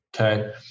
Okay